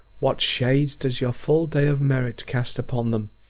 what shades does your full day of merit cast upon them!